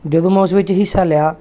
ਜਦੋਂ ਮੈਂ ਉਸ ਵਿੱਚ ਹਿੱਸਾ ਲਿਆ